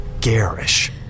garish